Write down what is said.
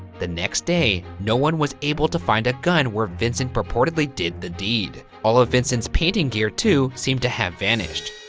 the next day, no one was able to find a gun where vincent purportedly did the deed. all of vincent's painting gear too seemed to have vanished.